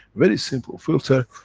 very simple filter,